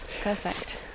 Perfect